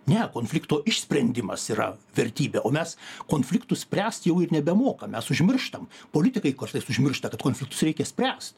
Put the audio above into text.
ne konflikto išsprendimas yra vertybė o mes konfliktų spręst jau ir nebemokam mes užmirštam politikai kartais užmiršta kad konfliktus reikia spręst